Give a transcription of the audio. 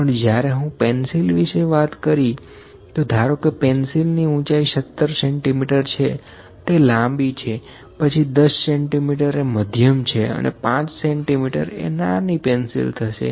પણ જ્યારે હું પેન્સિલ વિશે વાત કરી તો ધારો કે પેન્સિલ ની ઊંચાઈ 17 સેન્ટીમીટર છે તે લાંબી છેપછી 10 સેન્ટીમીટર એ મધ્યમ છે અને 5 સેન્ટીમીટર એ નાની પેન્સિલ થશે